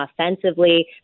offensively